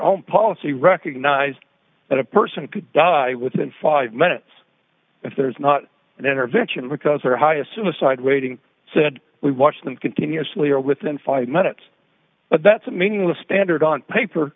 own policy recognise that a person could die within five minutes if there's not an intervention because their highest suicide waiting said we watch them continuously or within five minutes but that's a meaningless standard on paper